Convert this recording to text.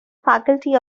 faculty